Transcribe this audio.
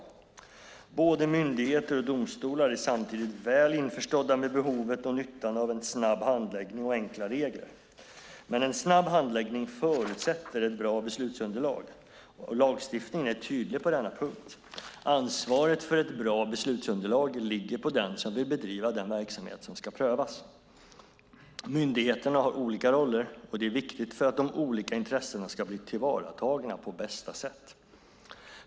Både myndigheter och domstolar är samtidigt väl införstådda med behovet och nyttan av en snabb handläggning och enkla regler. Men en snabb handläggning förutsätter ett bra beslutsunderlag, och lagstiftningen är tydlig på denna punkt - ansvaret för ett bra beslutsunderlag ligger på den som vill bedriva den verksamhet som ska prövas. Myndigheterna har olika roller, och det är viktigt för att de olika intressena ska bli tillvaratagna på bästa sätt.